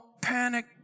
panic